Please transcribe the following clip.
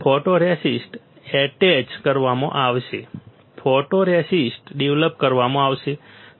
photoresist attached કરવામાં આવશે photoresist develop કરવામાં આવશે